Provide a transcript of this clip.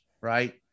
right